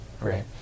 Right